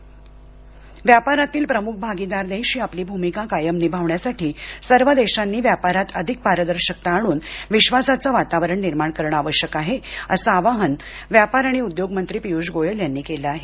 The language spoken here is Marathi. गोयल ब्रिक्स व्यापारातील प्रमुख भागीदार देश ही आपली भूमिका कायम निभावण्यासाठी सर्व देशांनी व्यापारात अधिक पारदर्शकता आणून विश्वासाचं वातावरण निर्माण करणं आवश्यक आहे असं आवाहन व्यापार आणि उद्योग मंत्री पियुष गोयल यांनी केलं आहे